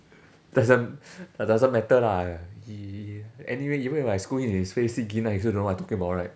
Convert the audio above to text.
doesn't doesn't matter lah he anyway even if I scold him in his face see gin nah he also don't know what I talking about right